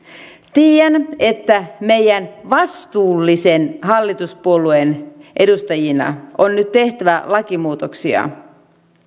tiedän että meidän vastuullisen hallituspuolueen edustajina on nyt tehtävä lakimuutoksia